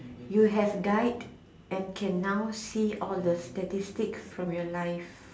you have died and can now see all the statistics from your life